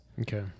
Okay